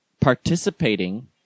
participating